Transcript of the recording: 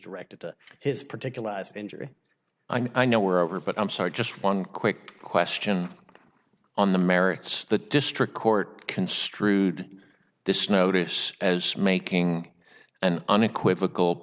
directed to his particularized injury i know were over but i'm sorry just one quick question on the merits the district court construed this notice as making an unequivocal